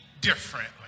differently